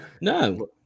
no